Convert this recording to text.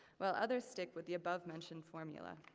while others stick with the above-mentioned formula.